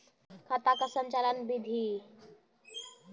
खाता का संचालन बिधि?